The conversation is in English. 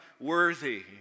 worthy